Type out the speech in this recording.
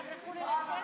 אנחנו ננסה לעזור.